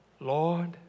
Lord